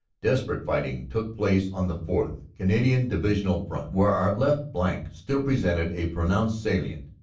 desperate fighting took place on the fourth. canadian divisional front, where our left flank still presented a pr'anounced salient.